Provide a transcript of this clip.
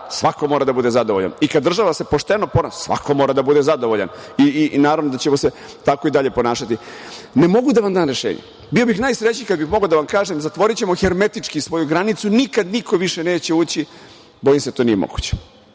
svako mora da bude zadovoljan. I kada država se pošteno ponaša, svako mora da bude zadovoljan. Naravno da ćemo se tako i dalje ponašati. Ne mogu da vam dam rešenje. Bio bih najsrećniji kada bih mogao da vam kažem – zatvorićemo hermetički svoju granicu, nikada više niko neće ući. Bojim se da to nije moguće.